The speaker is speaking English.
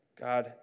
God